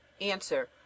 Answer